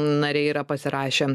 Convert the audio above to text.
nariai yra pasirašę